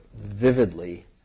vividly